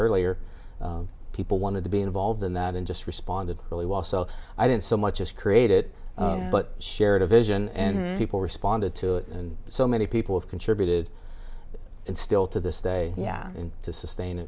earlier people wanted to be involved in that and just responded really well so i didn't so much as create it but shared a vision and people responded to it and so many people have contributed and still to this day yeah and to sustain